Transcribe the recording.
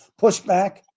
pushback